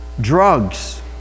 drugs